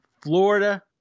Florida